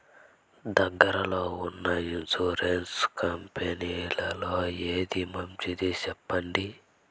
దగ్గర లో ఉన్న ఇన్సూరెన్సు కంపెనీలలో ఏది మంచిది? సెప్పండి?